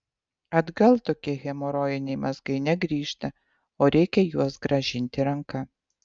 atgal tokie hemorojiniai mazgai negrįžta o reikia juos grąžinti ranka